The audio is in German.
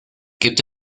gibt